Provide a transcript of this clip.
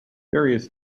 various